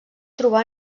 trobar